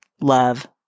love